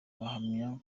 bahamya